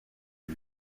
lui